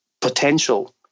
potential